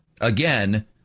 again